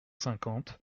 cinquante